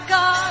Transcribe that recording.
God